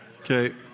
Okay